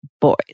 boys